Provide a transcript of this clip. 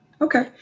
Okay